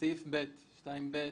בסעיף 2(ב)